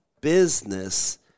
business